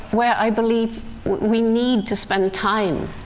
where i believe we need to spend time,